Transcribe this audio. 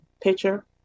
picture